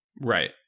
Right